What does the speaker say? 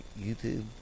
YouTube